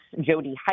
Jody